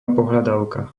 pohľadávka